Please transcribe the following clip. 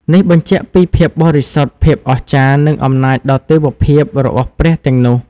នេះបញ្ជាក់ពី ភាពបរិសុទ្ធ ភាពអស្ចារ្យ និងអំណាចដ៏ទេវភាព របស់ព្រះទាំងនោះ។